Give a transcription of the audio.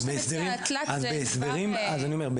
מה שאתה מציע --- אז אני אומר,